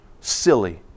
silly